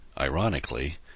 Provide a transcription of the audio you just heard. Ironically